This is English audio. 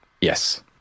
Yes